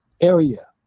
area